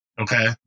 okay